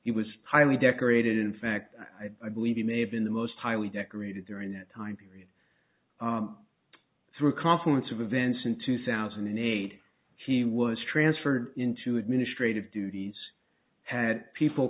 he was highly decorated in fact i believe he may have been the most highly decorated during that time period through a confluence of events in two thousand and eight he was transferred into administrative duties had people